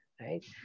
right